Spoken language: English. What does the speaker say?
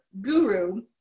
Guru